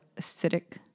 acidic